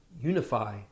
unify